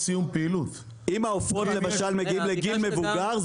אם העופות למשל מגיעים לגיל מבוגר,